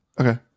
Okay